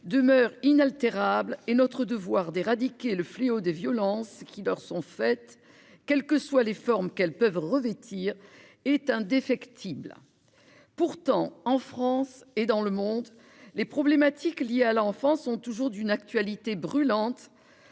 demeure inaltérable et notre devoir d'éradiquer le fléau des violences qui leur sont faites. Quelles que soient les formes qu'elles peuvent revêtir est indéfectible. Pourtant en France et dans le monde les problématiques liées à l'enfance sont toujours d'une actualité brûlante.